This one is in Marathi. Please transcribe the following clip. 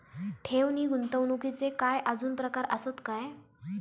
ठेव नी गुंतवणूकचे काय आजुन प्रकार आसत काय?